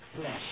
flesh